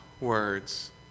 words